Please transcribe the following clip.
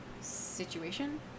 situation